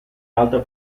alta